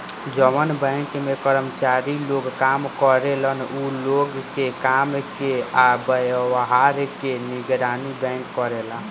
जवन बैंक में कर्मचारी लोग काम करेलन उ लोग के काम के आ व्यवहार के निगरानी बैंक करेला